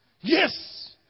Yes